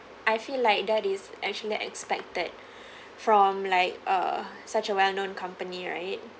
I feel like that is actually expected from like uh such a well-known company right